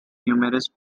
numerous